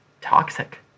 toxic